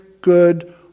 good